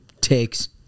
takes